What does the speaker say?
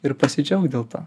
ir pasidžiaugt dėl to